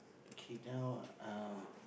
okay now uh